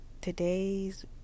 today's